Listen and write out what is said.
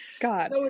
God